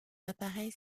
appareils